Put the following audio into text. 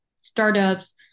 startups